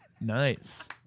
nice